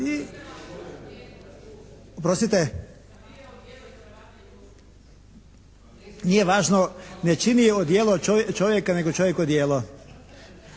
ne čuje./ … Nije važno, ne čini odijelo čovjeka, nego čovjek odijelo.